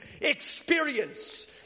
experience